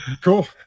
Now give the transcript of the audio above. Cool